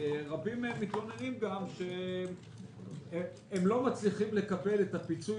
רבים מהם מתלוננים שהם לא מצליחים לקבל את הפיצוי